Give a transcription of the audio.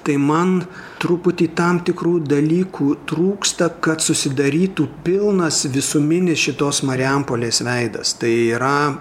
tai man truputį tam tikrų dalykų trūksta kad susidarytų pilnas visuminis šitos marijampolės veidas tai yra